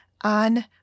on